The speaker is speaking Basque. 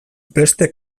beste